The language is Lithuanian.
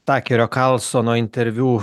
takerio karlsono interviu